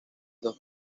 dos